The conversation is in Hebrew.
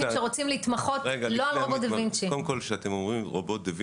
שרוצים להתמחות לא על רובוט דה וינצ'י.